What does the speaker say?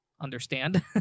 understand